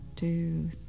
Two